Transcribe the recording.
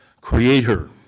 creator